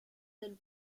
del